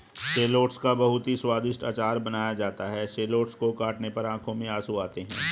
shallots का बहुत ही स्वादिष्ट अचार बनाया जाता है शैलोट्स को काटने पर आंखों में आंसू आते हैं